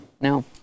No